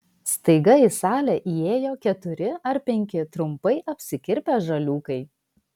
staiga į salę įėjo keturi ar penki trumpai apsikirpę žaliūkai